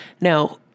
Now